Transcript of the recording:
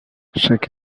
chaque